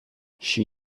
she